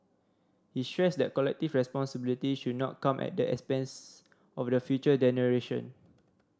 he stressed that collective responsibility should not come at the expense of the future generation